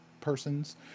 persons